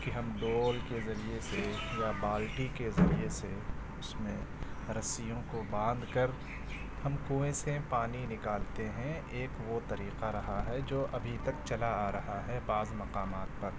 کہ ہم ڈول کے ذریعے سے یا بالٹی کے ذریعے سے اس میں رسیوں کو باندھ کر ہم کنوئیں سے پانی نکالتے ہیں ایک وہ طریقہ رہا ہے جو ابھی تک چلا آ رہا ہے بعض مقامات پر